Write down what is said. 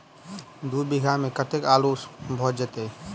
दु बीघा मे कतेक आलु भऽ जेतय?